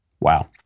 Wow